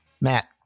Matt